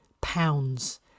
pounds